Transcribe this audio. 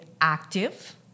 active